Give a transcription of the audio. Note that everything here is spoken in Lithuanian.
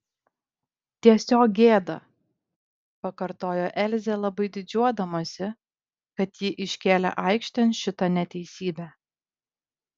tiesiog gėda pakartojo elzė labai didžiuodamasi kad ji iškėlė aikštėn šitą neteisybę